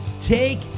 take